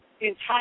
entire